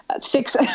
Six